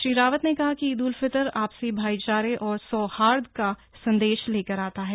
श्री रावत ने कहा कि ईद उल फितर आपसी भाईचारे और सौहाई का संदेश लेकर आता है